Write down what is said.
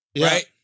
right